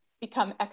become